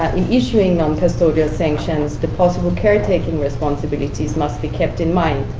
in issuing non-custodial sanctions, the possible caretaking responsibilities must be kept in mind.